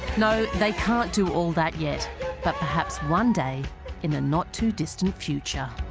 no, they can't do all that yet, but perhaps one day in a not too distant future